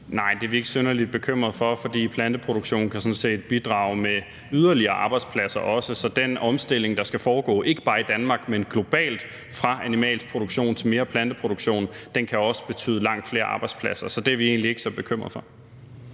Nej, det er vi ikke synderlig bekymret for, fordi planteproduktion sådan set også kan bidrage med yderligere arbejdspladser, så den omstilling, der skal foregå – ikke bare i Danmark, men globalt – fra animalsk produktion til mere planteproduktion også kan betyde langt flere arbejdspladser. Så det er vi egentlig ikke så bekymret for.